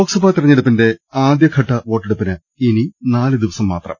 ലോക്സഭാ തെരഞ്ഞെടുപ്പിന്റെ ആദ്യഘട്ട വോട്ടെടുപ്പിന് ഇനി നാലുദിവസം മാത്രം